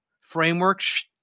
frameworks